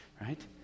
Right